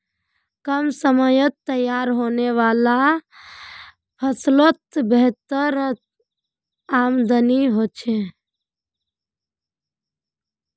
कम समयत तैयार होने वाला ला फस्लोत बेहतर आमदानी होछे